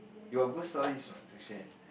your ghost story is what to share